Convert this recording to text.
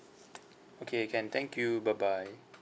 okay can thank you bye bye